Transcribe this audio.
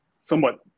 somewhat